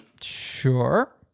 Sure